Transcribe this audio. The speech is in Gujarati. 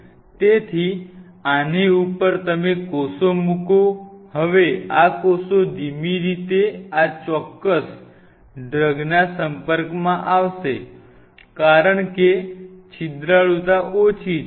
તેથી આની ઉપર તમે કોષો મૂકો હવે આ કોષો ધીમી રીતે આ ચોક્કસ ડ્રગના સંપર્કમાં આવશે કારણ કે છિદ્રાળુતા ઓછી છે